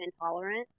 intolerant